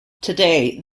today